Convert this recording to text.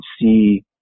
see